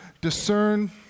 discern